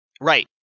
Right